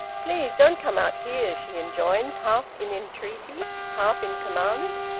please don't come out here, she enjoined, half in entreaty, half in command.